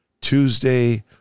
Tuesday